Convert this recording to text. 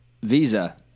Visa